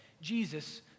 Jesus